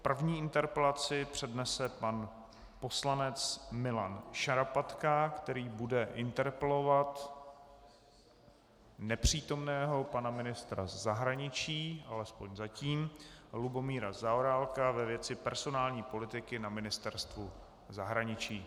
První interpelaci přednese pan poslanec Milan Šarapatka, který bude interpelovat nepřítomného pana ministra zahraničí, alespoň zatím, Lubomíra Zaorálka ve věci personální politiky na Ministerstvu zahraničí.